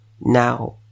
Now